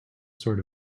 sort